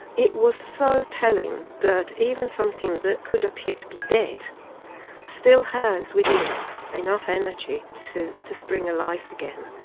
it was so telling, that even something that could appear to be dead still has within it enough energy to to spring alive again.